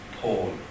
Paul